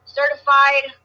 certified